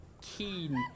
keen